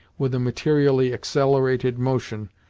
with a materially accelerated motion,